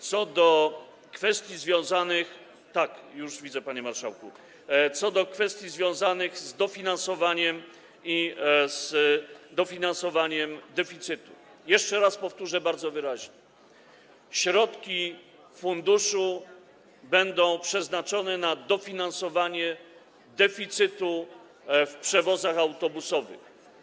Co do kwestii związanych - tak, już widzę, panie marszałku - z dofinansowaniem i z dofinansowaniem deficytu, jeszcze raz powtórzę bardzo wyraźnie: środki funduszu będą przeznaczone na dofinansowanie deficytu w przewozach autobusowych.